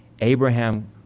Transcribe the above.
abraham